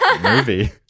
movie